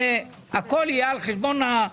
הכול יהיה על חשבון האנשים.